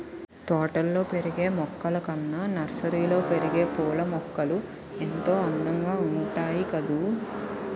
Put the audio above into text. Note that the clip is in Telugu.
తోటల్లో పెరిగే మొక్కలు కన్నా నర్సరీలో పెరిగే పూలమొక్కలు ఎంతో అందంగా ఉంటాయి కదూ